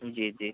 जी जी